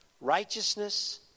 righteousness